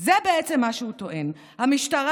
זה בעצם מה שהוא טוען: המשטרה,